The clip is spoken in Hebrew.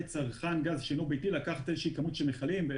לצרכן גז שאינו ביתי לקחת איזו שהיא כמות של מכלים.